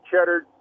cheddar